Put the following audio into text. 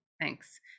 Thanks